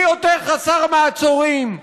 מי יותר חסר מעצורים.